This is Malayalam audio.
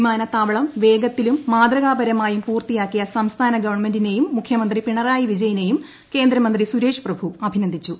വിമാനത്താവളം വേഗത്തിലും മാതൃകാപരമായും പൂർത്തിയാക്കിയ സംസ്ഥാന ഗവൺമെന്റിനെയും മുഖ്യമന്ത്രി പിണറായി വിജയനേയും കേന്ദ്ര മന്ത്രി സുരേഷ് പ്രഭു അഭിനന്ദിച്ചു